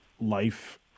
life